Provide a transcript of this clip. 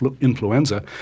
influenza